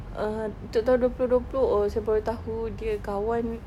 err untuk tahun dua puluh dua puluh oh saya baru tahu dia kawan